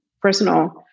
personal